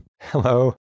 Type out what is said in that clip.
Hello